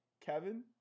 Kevin